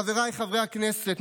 חבריי חברי הכנסת,